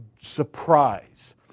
surprise